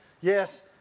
yes